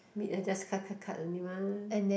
meat I just cut cut cut only mah